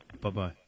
Bye-bye